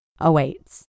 awaits